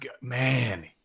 man